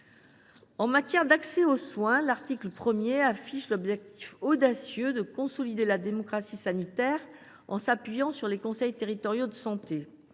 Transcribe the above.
En matière d’accès aux soins, l’article 1 affiche l’objectif audacieux de consolider la démocratie sanitaire en s’appuyant sur les conseils territoriaux de santé